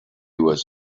was